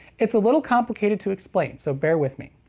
it's a little complicated to explain, so bear with me.